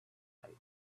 night